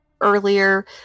earlier